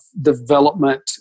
development